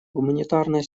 гуманитарная